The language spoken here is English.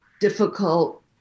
difficult